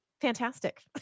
fantastic